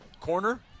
Corner